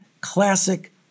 classic